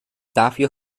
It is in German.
dafür